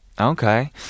Okay